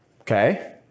Okay